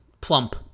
Plump